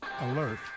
Alert